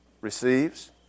receives